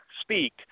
speak